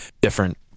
different